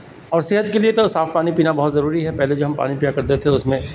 اور صحت کے لیے تو صاف پانی پینا بہت ضروری ہے پہلے جو ہم پانی پیا کرتے تھے اس میں